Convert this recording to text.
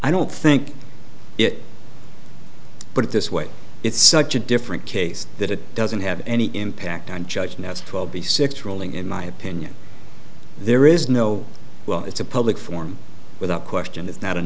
i don't think it put it this way it's such a different case that it doesn't have any impact on judge now it's twelve b six rolling in my opinion there is no well it's a public form without question it's not a